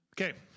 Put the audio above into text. Okay